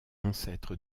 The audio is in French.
ancêtre